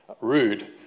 rude